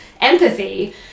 empathy